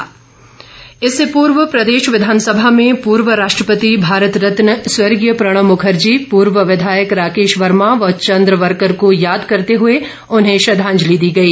शोकोदगार इससे पूर्व प्रदेश विधानसभा में पूर्व राष्ट्रपति भारत रत्न स्वर्गीय प्रणब मुखर्जी पूर्व विधायक राकेश वर्मा व चंद्रवर्कर को याद करते हुए उन्हें श्रद्धांजलि दी गई